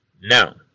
now